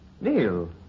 Neil